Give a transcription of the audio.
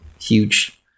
huge